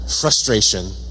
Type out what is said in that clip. frustration